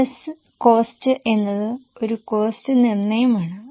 bus cost എന്നത് ഒരു cost നിർണയം ആണ്